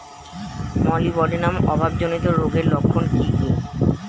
Molybdenum অভাবজনিত রোগের লক্ষণ কি কি?